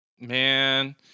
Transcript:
man